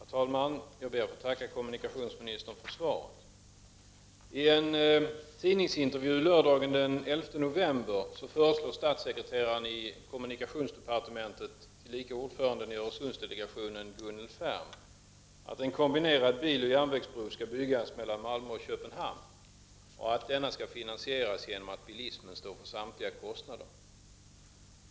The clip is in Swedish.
Herr talman! Jag ber att få tacka kommunikationsministern för svaret. I en tidningsintervju lördagen den 11 november föreslår statssekreteraren i kommunikationsdepartementet, tillika ordförande i Öresundsdelegationen, Gunnel Färm att en kombinerad biloch järnvägsbro skall byggas mellan Malmö och Köpenhamn och att denna skall finansieras genom att bilismen står för samtliga kostnader.